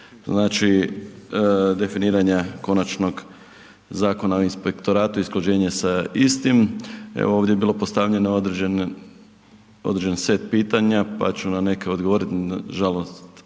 znači, definiranja Konačnog Zakona o inspektoratu i usklađenje sa istim. Evo ovdje je bilo postavljeno određen, određen set pitanja, pa ću na neke odgovorit,